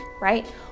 right